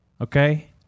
Okay